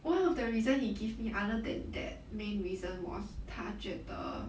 one of the reason he give me other than that main reason was 他觉得